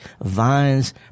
vines